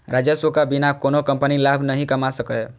राजस्वक बिना कोनो कंपनी लाभ नहि कमा सकैए